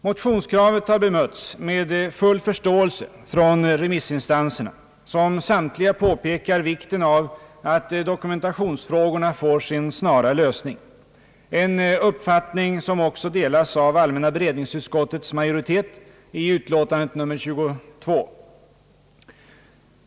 Motionskravet har bemötts med full förståelse från remissinstanserna, som samtliga påpekar vikten av att dokumentationsfrågorna får sin snara lösning, en uppfattning som också delas av allmänna beredningsutskottets majoritet i utlåtandet nr 22.